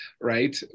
right